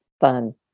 fun